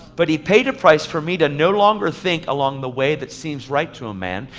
but he paid a price for me to no longer think along the way that seems right to a man.